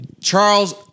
Charles